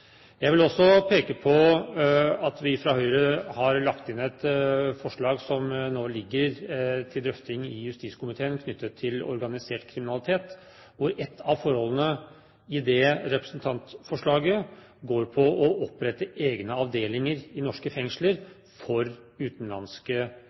Jeg vil også peke på at vi fra Høyre har lagt inn et forslag som nå ligger til drøfting i justiskomiteen, knyttet til organisert kriminalitet, hvor ett av forholdene i representantforslaget går på å opprette egne avdelinger for utenlandske statsborgere i norske